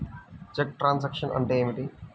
చెక్కు truncation అంటే ఏమిటి?